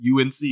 UNC